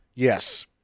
Yes